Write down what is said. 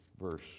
verse